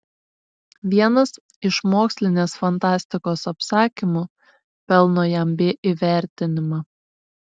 vienas iš mokslinės fantastikos apsakymų pelno jam b įvertinimą